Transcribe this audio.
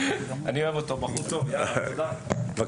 אני